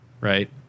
right